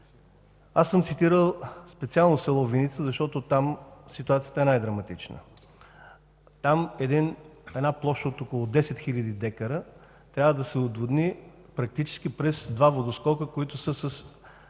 Аз съм цитирал специално село Виница, защото там ситуацията е най-драматична. Там една площ от около 10 хиляди декара трябва да се отводни практически през два водоскока, които са